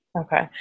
Okay